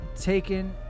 taken